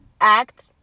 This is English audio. act